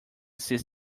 since